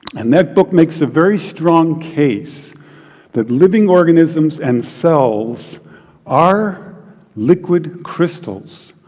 and that book makes a very strong case that living organisms and cells are liquid crystals,